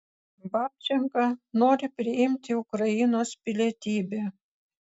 babčenka nori priimti ukrainos pilietybę